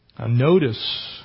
notice